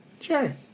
Sure